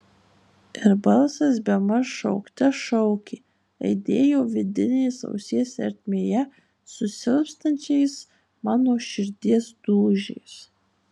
ir balsas bemaž šaukte šaukė aidėjo vidinės ausies ertmėje su silpstančiais mano širdies dūžiais